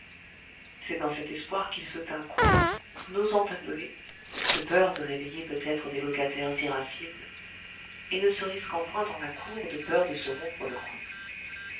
c'est dans cet espoir qu'il se tint coi n'osant appeler de peur de réveiller peut-être des locataires irascibles et ne se risquant point dans la cour de peur de se rompre le cou